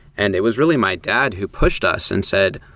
and it was really my dad who pushed us and said,